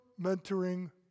mentoring